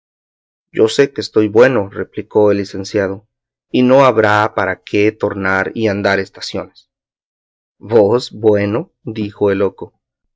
yo sé que estoy bueno replicó el licenciado y no habrá para qué tornar a andar estaciones vos bueno dijo el loco